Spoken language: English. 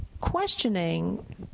questioning